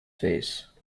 face